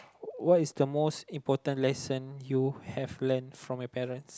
what is the most important lesson you have learnt from my parents